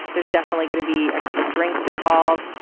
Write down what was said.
there's definitely going to be a couple drinks involved.